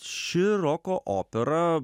ši roko opera